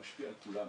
הוא משפיע על כולם.